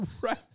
Right